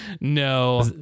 No